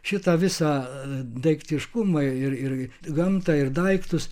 šitą visą daiktiškumą ir ir gamtą ir daiktus